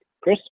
Chris